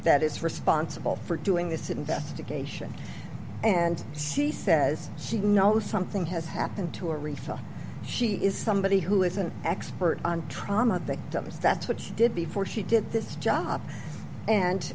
that is responsible for doing this investigation and see says she know something has happened to aretha she is somebody who is an expert on trauma victims that's what she did before she did this job and